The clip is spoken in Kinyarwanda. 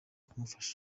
kumufasha